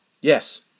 Yes